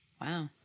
Wow